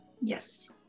Yes